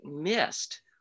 missed